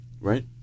right